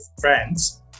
friends